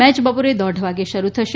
match બપોરે દોઢ વાગે શરૂ થશે